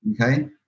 Okay